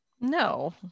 No